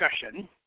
discussion